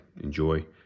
enjoy